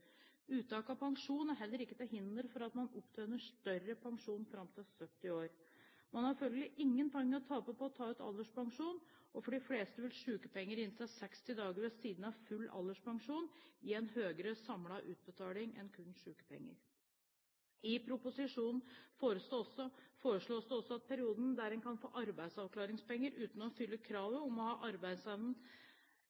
Uttak av pensjon er heller ikke til hinder for at man opptjener større pensjon fram til 70 år. Man har følgelig ingenting å tape på å ta ut alderspensjon, og for de fleste vil sykepenger i inntil 60 dager ved siden av en full alderspensjon gi en høyere samlet utbetaling enn kun sykepenger. I proposisjonen foreslås det også at perioden der en kan få arbeidsavklaringspenger uten å fylle